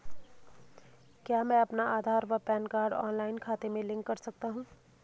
क्या मैं अपना आधार व पैन कार्ड ऑनलाइन खाते से लिंक कर सकता हूँ?